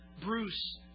Bruce